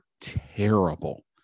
terrible